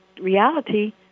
reality